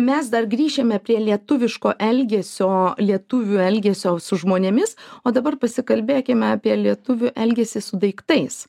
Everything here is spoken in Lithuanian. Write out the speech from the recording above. mes dar grįšime prie lietuviško elgesio lietuvių elgesio su žmonėmis o dabar pasikalbėkime apie lietuvių elgesį su daiktais